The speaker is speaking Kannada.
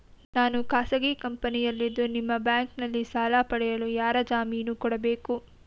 ನಾನು ಖಾಸಗಿ ಕಂಪನಿಯಲ್ಲಿದ್ದು ನಿಮ್ಮ ಬ್ಯಾಂಕಿನಲ್ಲಿ ಸಾಲ ಪಡೆಯಲು ಯಾರ ಜಾಮೀನು ಕೊಡಬೇಕು?